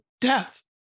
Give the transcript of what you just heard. death